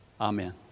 Amen